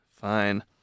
fine